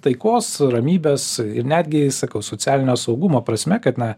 taikos ramybės ir netgi sakau socialinio saugumo prasme kad na